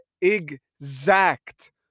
exact